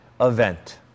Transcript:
event